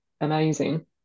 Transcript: amazing